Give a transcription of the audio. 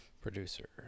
Producer